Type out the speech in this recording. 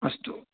अस्तु